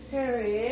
Harry